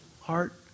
heart